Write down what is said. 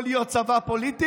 צה"ל יכול להיות צבא פוליטי?